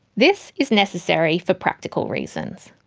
this is necessary for practical reasons,